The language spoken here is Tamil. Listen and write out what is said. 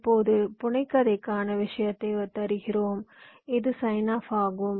இப்போது புனைகதைக்கான விஷயத்தை தருகிறோம் இது சைனாப் ஆகும்